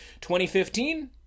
2015